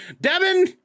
Devin